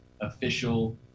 official